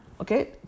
Okay